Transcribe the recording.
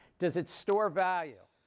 does it store value?